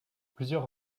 plusieurs